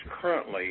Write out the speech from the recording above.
currently